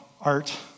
art